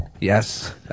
Yes